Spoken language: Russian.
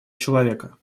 человека